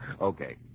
Okay